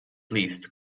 least